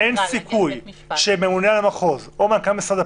אין סיכוי שממונה על המחוז או שמנכ"ל משרד הפנים